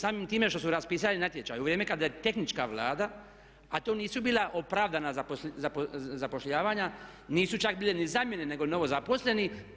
Samim time što su raspisali natječaj u vrijeme kada je tehnička Vlada, a to nisu bila opravdana zapošljavanja, nisu čak bile ni zamjene nego novozaposleni.